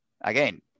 again